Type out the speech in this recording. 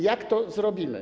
Jak to zrobimy?